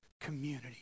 community